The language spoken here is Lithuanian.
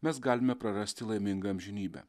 mes galime prarasti laimingą amžinybę